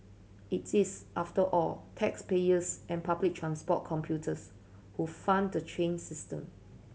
it is after all taxpayers and public transport computers who fund the train system